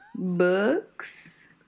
Books